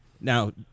Now